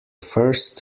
first